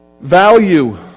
Value